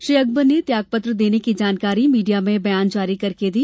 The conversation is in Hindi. श्री अकबर ने त्यागपत्र देने की जानकारी मीडिया में बयान जारी करके दी